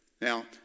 Now